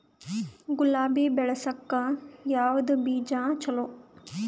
ಗುಲಾಬಿ ಬೆಳಸಕ್ಕ ಯಾವದ ಬೀಜಾ ಚಲೋ?